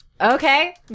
Okay